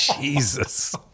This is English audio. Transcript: Jesus